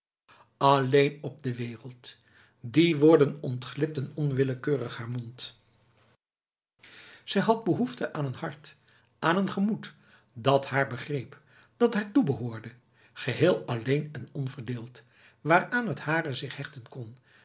alleen op de wereld die woorden ontglipten onwillekeurig haar mond zij had behoefte aan een hart aan een gemoed dat haar begreep dat haar toebehoorde geheel alleen en onverdeeld waaraan het hare zich hechten kon